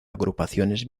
agrupaciones